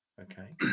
Okay